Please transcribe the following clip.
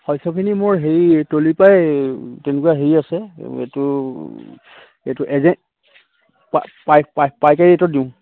শস্যখিনি মোৰ হেৰি তলিৰ পৰাই তেনেকুৱা হেৰি আছে এইটো এইটো এজে পাই পাই পাইকাৰী ৰেটত দিওঁ